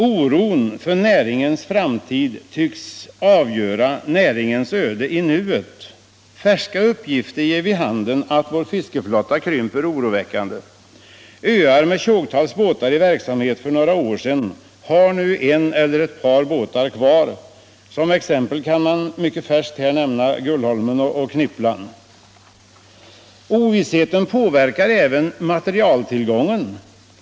Oron för näringens framtid tycks avgöra näringens öde i nuet. Färska uppgifter ger vid handen att vår fiskeflotta krymper oroväckande. Öar som för några år sedan hade tjogtals båtar i verksamhet har nu en eller ett par båtar kvar. Som exempel kan jag nämna Gullholmen och Knipplan. Ovissheten påverkar även materieltillgången.